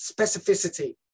specificity